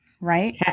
Right